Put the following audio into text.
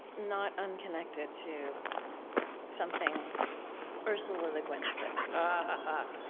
not unconnected to something ursula le guin said to ah